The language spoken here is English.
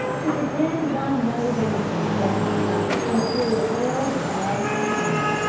to pretend one knows anything definite about the immaterial world is all swank.